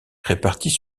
réparties